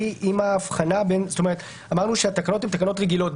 עם ההבחנה אמרנו שהתקנות הן רגילות,